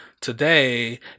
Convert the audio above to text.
today